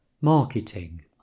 Marketing